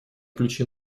ключи